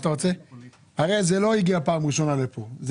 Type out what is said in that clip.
הרי זה לא הגיע פעם ראשונה לפה.